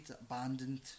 abandoned